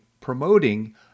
promoting